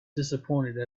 disappointed